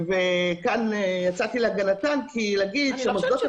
כאן יצאתי להגנתן כי להגיד שמוסדות התכנון